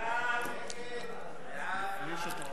סעיפים 3